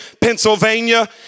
Pennsylvania